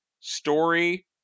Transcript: story